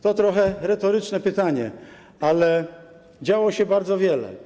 To retoryczne pytanie, ale działo się bardzo wiele.